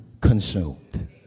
consumed